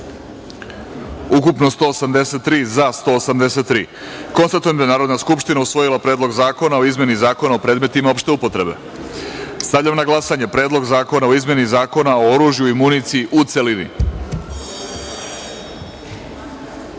ukupno – 183, za – 183.Konstatujem da je Narodna skupština usvojila Predlog zakona o izmeni Zakona o predmetima opšte upotrebe. Stavljam na glasanje Predlog zakona o izmeni Zakona o oružju i municiji, u